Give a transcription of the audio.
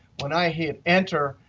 when i hit enter,